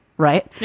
Right